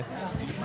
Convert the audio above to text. אוקיי.